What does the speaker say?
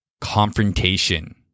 Confrontation